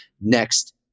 next